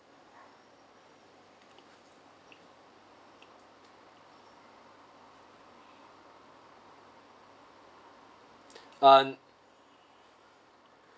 um